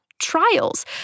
trials